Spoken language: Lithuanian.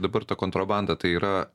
dabar ta kontrabanda tai yra